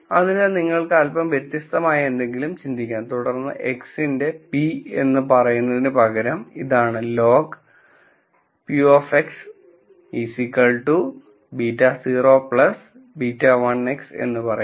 അതിനാൽ നിങ്ങൾക്ക് അൽപ്പം വ്യത്യസ്തമായ എന്തെങ്കിലും ചിന്തിക്കാം തുടർന്ന് x ന്റെ p എന്ന് പറയുന്നതിന് പകരം ഇതാണ് log p β0 β1 x എന്ന് പറയാം